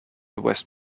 west